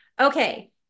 Okay